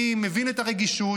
אני מבין את הרגישות,